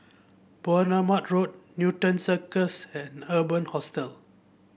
Bournemouth Road Newton Circus and Urban Hostel